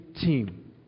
team